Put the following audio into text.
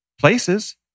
places